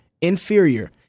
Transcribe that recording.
inferior